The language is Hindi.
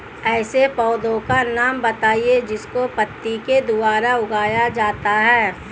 ऐसे पौधे का नाम बताइए जिसको पत्ती के द्वारा उगाया जाता है